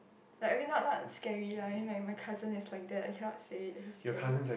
like okay not not scary lah I mean my my cousin is like that I cannot say he he's scary